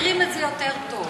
מסתירים את זה יותר טוב.